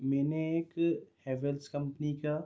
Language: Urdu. میں نے ایک ہیولس کمپنی کا